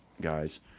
guys